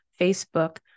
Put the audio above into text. Facebook